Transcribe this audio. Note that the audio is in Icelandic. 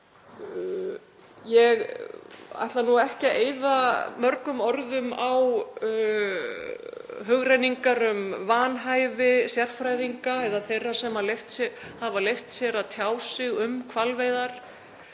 Ég ætla nú ekki að eyða mörgum orðum á hugrenningar um vanhæfi sérfræðinga eða þeirra sem hafa leyft sér að tjá sig um hvalveiðar,